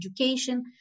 education